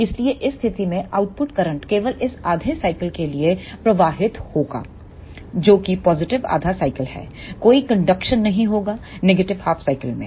इसलिए इस स्थिति में आउटपुट करंट केवल इस आधे साइकिल के लिए प्रवाहित होगा जो कि पॉजिटिव आधा साइकिल हैकोई कंडक्शन नहीं होगा नेगेटिव हाफ साइकल में